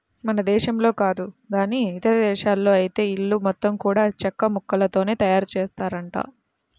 మన దేశంలో కాదు గానీ ఇదేశాల్లో ఐతే ఇల్లు మొత్తం గూడా చెక్కముక్కలతోనే తయారుజేత్తారంట